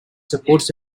supports